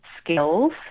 skills